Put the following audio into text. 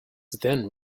then